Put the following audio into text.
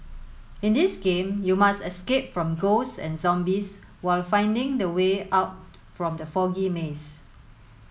in this game you must escape from ghosts and zombies while finding the way out from the foggy maze